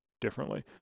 differently